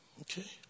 Okay